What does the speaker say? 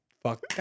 Fuck